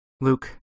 Luke